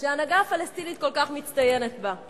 שההנהגה הפלסטינית כל כך מצטיינת בה.